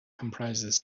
comprises